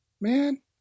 Man